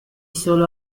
sólo